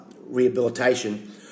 rehabilitation